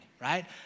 right